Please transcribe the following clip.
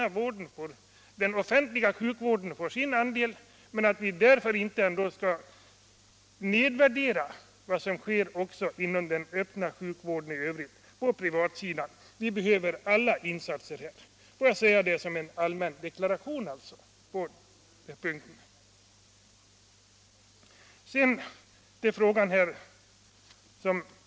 Den offentliga sjukvården måste få sin andel, men vi skall inte därför nedvärdera vad som görs inom den öppna sjukvården på privatsidan. Vi behöver alla insatser — det vill jag säga som en allmän deklaration.